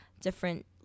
different